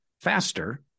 faster